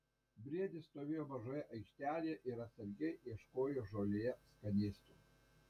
briedis stovėjo mažoje aikštelėje ir atsargiai ieškojo žolėje skanėstų